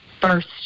first